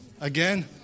again